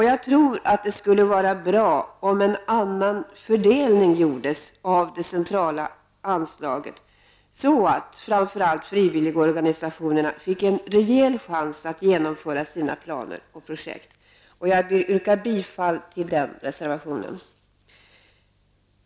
Jag tror att det skulle vara bra med en annan fördelning av det centrala anslaget så att framför allt frivilligorganisationerna får en rejäl chans att genomföra sina planer och projekt. Jag yrkar bifall även till den reservationen.